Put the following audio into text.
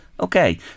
Okay